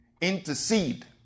intercede